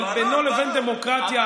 אבל בינו לבין דמוקרטיה,